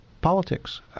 politics